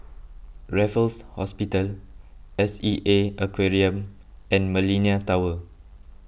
Raffles Hospital S E A Aquarium and Millenia Tower